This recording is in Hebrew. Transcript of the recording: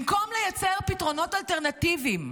במקום לייצר פתרונות אלטרנטיביים,